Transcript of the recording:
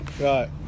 Right